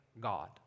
God